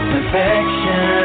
Perfection